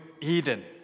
Eden